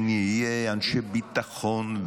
שנהיה אנשי ביטחון,